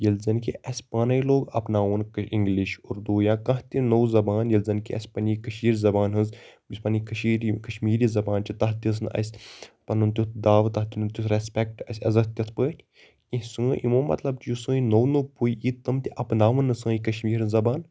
ییٚلہِ زن کہِ اسہِ پانے لوگ اَپناوُن اِنگلِش اردوٗ یا کانٛہہ تہِ نو زَبان ییٚلہِ زَن کہِ اسہِ پنٕنۍ کٲشر زَبان ہنٛز یُس پننہِ کٔشیٖرِ یِم کَشمیٖری زَبان چھِ تَتھ دِژ نہٕ اسہِ پَنُن تیوٗت تاوٕ تَتھ دیُت نہٕ تیوٗت ریسپیکٹ اسہِ عزَت تِتھ پٲٹھۍ کینٛہہ سٲنۍ یِمو مَطلَب چھُ یُس سٲنۍ نٔو نٔو پُے یہِ تِم تہِ اَپناوان نہٕ سٲنۍ کَشمیٖری زَبان